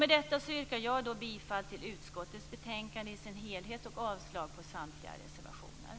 Med detta yrkar jag bifall till hemställan i utskottets betänkande i dess helhet och avslag på samtliga reservationer.